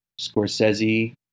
scorsese